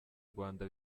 rwanda